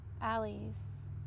alleys